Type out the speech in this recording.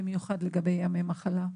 במיוחד לגבי ימי מחלה.